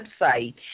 website